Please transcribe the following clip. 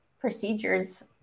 procedures